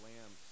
Lamb